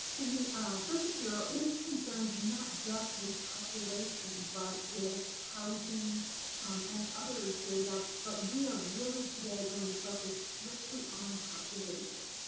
and the census bureau is concerned not just with population but with housing and other data but we are really today going to focus strictly on population